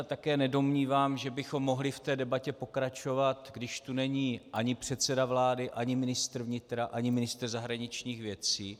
Také se nedomnívám, že bychom mohli v té debatě pokračovat, když tu není ani předseda vlády, ani ministr vnitra, ani ministr zahraničních věcí.